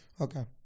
Okay